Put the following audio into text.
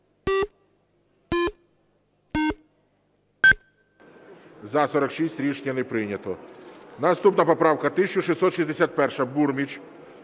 За-45 Рішення не прийнято. Наступна поправка 1733. Бурміч